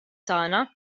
tagħna